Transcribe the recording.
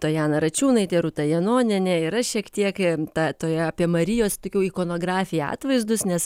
tojana račiūnaitė rūta janonienė ir aš šiek tiek ta toje apie marijos tokių ikonografiją atvaizdus nes